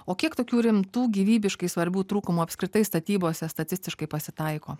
o kiek tokių rimtų gyvybiškai svarbių trūkumų apskritai statybose statistiškai pasitaiko